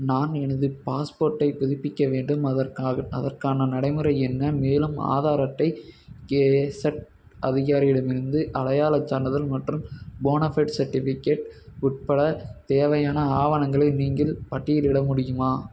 நான் எனது பாஸ்போர்ட்டை புதுப்பிக்க வேண்டும் அதற்காக அதற்கான நடைமுறை என்ன மேலும் ஆதார் அட்டை கேசட் அதிகாரியிடமிருந்து அடையாளச் சான்றிதழ் மற்றும் போனஃபைட் செர்டிஃபிகேட் உட்பட தேவையான ஆவணங்களை நீங்கள் பட்டியலிட முடியுமா